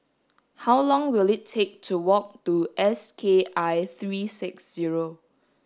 how long will it take to walk to S K I three six zero